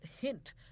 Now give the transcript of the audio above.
hint